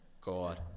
God